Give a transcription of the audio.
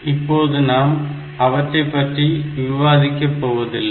இப்பொழுது நாம் அவற்றைப் பற்றி விவாதிக்கப் போவதில்லை